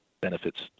benefits